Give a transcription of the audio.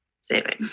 saving